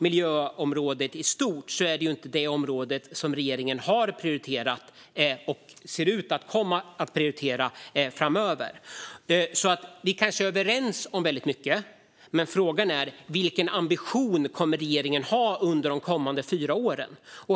Miljöområdet i stort är inte det område som regeringen har prioriterat och ser ut att komma att prioritera framöver. Vi kanske är överens om mycket, men frågan är vilken ambition regeringen kommer att ha under de kommande fyra åren.